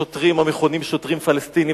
שוטרים המכונים "שוטרים פלסטינים",